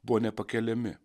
buvo nepakeliami